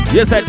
Yes